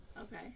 Okay